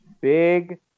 Big